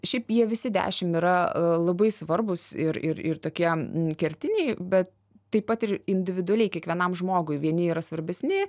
šiaip jie visi dešim yra labai svarbūs ir ir ir tokie kertiniai bet taip pat ir individualiai kiekvienam žmogui vieni yra svarbesni